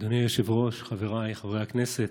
אדוני היושב-ראש, חבריי חברי הכנסת,